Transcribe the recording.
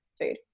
food